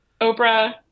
Oprah